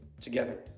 together